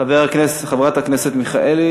חבר הכנסת אברהם מיכאלי